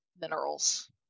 minerals